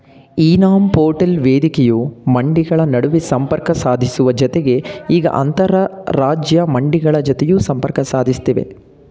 E NAM portal ವೇದಿಕೆಯು ಮಂಡಿಗಳ ನಡುವೆ ಸಂಪರ್ಕ ಸಾಧಿಸುವ ಜತೆಗೆ ಈಗ ಅಂತರರಾಜ್ಯ ಮಂಡಿಗಳ ಜತೆಯೂ ಸಂಪರ್ಕ ಸಾಧಿಸ್ತಿವೆ